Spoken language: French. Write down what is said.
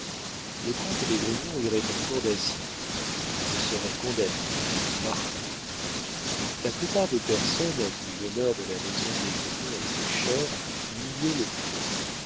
le comte d'esgrignon irait en cour d'assises il serait condamné marqué la plupart des personnes à qui l'honneur de la maison d'esgrignon était cher niaient le fait